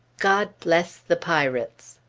god bless the pirates!